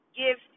give